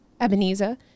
Ebenezer